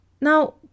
Now